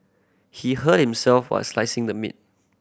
he hurt himself while slicing the meat